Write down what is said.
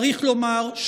צריך לומר,